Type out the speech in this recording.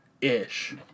ish